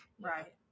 Right